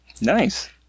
Nice